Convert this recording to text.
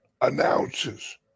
announces